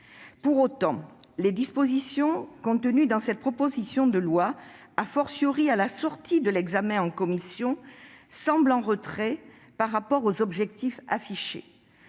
Pour autant, les dispositions contenues dans cette proposition de loi, après l'examen du texte en commission, semblent en retrait par rapport aux objectifs affichés.